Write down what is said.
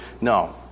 No